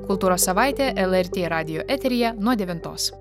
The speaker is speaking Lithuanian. kultūros savaitė lrt radijo eteryje nuo devintos